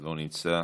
לא נמצא.